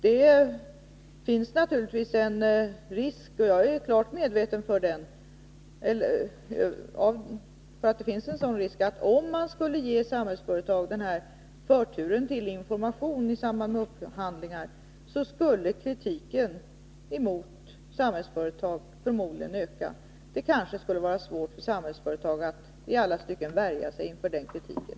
Det finns naturligtvis en risk — jag är klart medveten om den — att om man ger Samhällsföretag förtur till information i samband med upphandling, skulle kritiken mot Samhällsföretag förmodligen öka. Då kanske det skulle vara svårt för Samhällsföretag att i alla stycken värja sig för den kritiken.